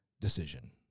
decision